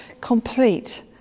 complete